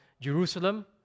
Jerusalem